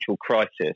crisis